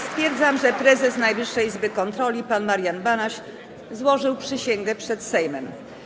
Stwierdzam, że prezes Najwyższej Izby Kontroli pan Marian Banaś złożył przysięgę przed Sejmem.